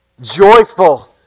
joyful